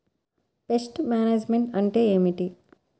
Pest management అంటే ఏమిటి?